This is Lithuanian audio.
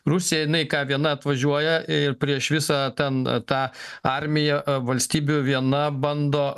rusija jinai ką viena atvažiuoja ir prieš visą ten tą armiją a valstybių viena bando